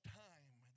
time